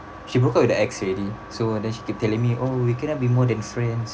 she broke up with the ex already so then she keep telling me oh we cannot be more than friends